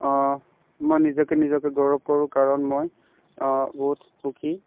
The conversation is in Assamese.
মই নিজকে নিজকে গৌৰৱ কৰো কাৰণ মই বহুত সুখী